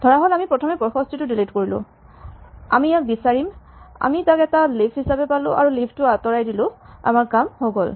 ধৰাহ'ল আমি প্ৰথমে ৬৫ টো ডিলিট কৰিলোঁ আমি ইয়াক বিচাৰিম আমি তাক এটা লিফ হিচাপে পালো আৰু লিফ টো আতঁৰাই দিলো আমাৰ কাম হৈ গ'ল